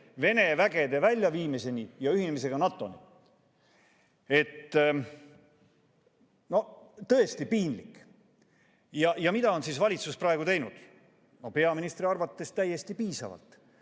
Vene vägede väljaviimiseni ja ühinemiseni NATO‑ga. No tõesti piinlik! Mida on siis valitsus praegu teinud? No peaministri arvates täiesti piisavalt.